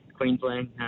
Queensland